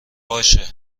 باشه